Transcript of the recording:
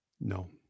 No